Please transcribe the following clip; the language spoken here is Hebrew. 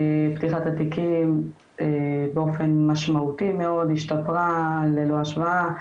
פתיחת התיקים באופן משמעותי מאוד השתפרה ללא השוואה,